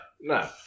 No